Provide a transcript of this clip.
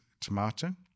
tomato